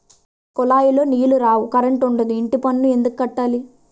కులాయిలో నీలు రావు కరంటుండదు ఇంటిపన్ను ఎందుక్కట్టాల